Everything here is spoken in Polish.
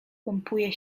pompuje